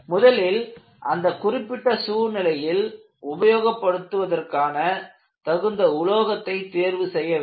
முதலில் அந்த குறிப்பிட்ட சூழ்நிலையில் உபயோகப் படுத்துவதற்கான தகுந்த உலோகத்தை தேர்வு செய்ய வேண்டும்